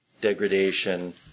degradation